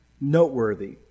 noteworthy